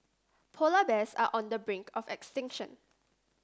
polar bears are on the brink of extinction